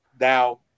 now